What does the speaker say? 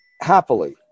happily